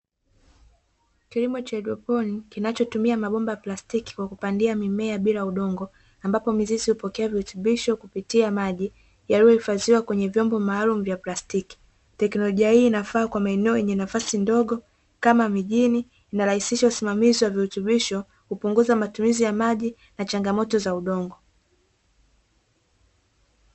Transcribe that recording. Kilimo cha haidroponi kinacho tumia mabomba ya plastiki kwa kupandia mimea bila udongo, ambapo mizizi hupokea virutubisho kupita maji yaliyohifadhiwa kwenye vyombo maalumu vya plastiki. Teknolojia hii inafaa kwenye maeneo yenye nafasi ndogo kama mijini inarahisha usimamaizi wa virutubisho, kupunguza matumizi ya maji na changamoto za udongo.